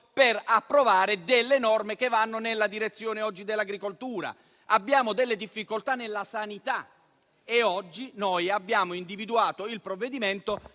per approvare delle norme che vadano nella direzione dell'agricoltura. Abbiamo delle difficoltà nella sanità e oggi noi abbiamo individuato il provvedimento